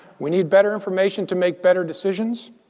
we need better information to make better decisions.